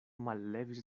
mallevis